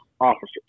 officers